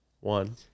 one